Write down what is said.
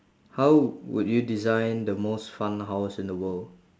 how would you design the most fun house in the world